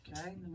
Okay